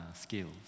skills